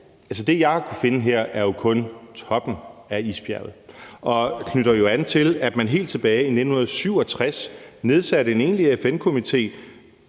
det, jeg har kunnet finde her, jo kun er toppen af isbjerget, og det knytter an til, at man helt tilbage i 1967 nedsatte en egentlig FN-komité